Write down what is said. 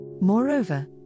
Moreover